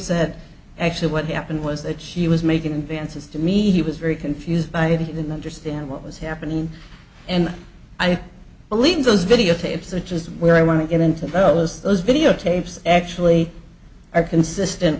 said actually what happened was that she was making advances to me he was very confused by the understand what was happening and i believe those videotapes which is where i want to get into those those videotapes actually are consistent